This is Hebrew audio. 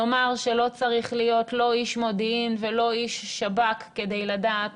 נאמר שלא צריך להיות לא איש מודיעין ולא איש שב"כ כדי לדעת